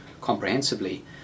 comprehensively